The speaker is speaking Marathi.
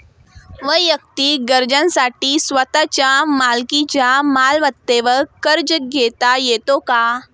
वैयक्तिक गरजांसाठी स्वतःच्या मालकीच्या मालमत्तेवर कर्ज घेता येतो का?